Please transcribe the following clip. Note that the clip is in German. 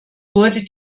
wurde